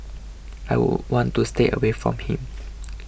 I would want to stay away from him